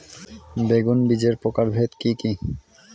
বেগুন বীজের প্রকারভেদ কি কী?